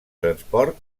transport